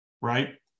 right